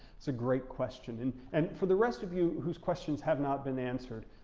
it's a great question. and and for the rest of you whose questions have not been answered,